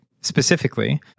specifically